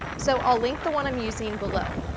so i'll link the one i'm using below.